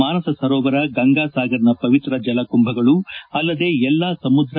ಮಾನಸ ಸರೋವರ ಗಂಗಾ ಸಾಗರ್ನ ಪವಿತ್ರ ಜಲಕುಂಭಗಳು ಅಲ್ಲದೇ ಎಲ್ಲಾ ಸಮುದ್ರ